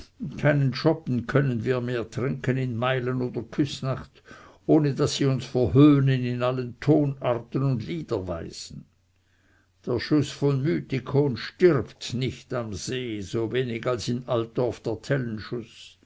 keinen schoppen können wir mehr trinken in meilen oder küßnach ohne daß sie uns verhöhnen in allen tonarten und liederweisen der schuß von mythikon stirbt nicht am see so wenig als in altorf der